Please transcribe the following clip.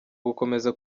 gukomeza